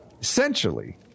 Essentially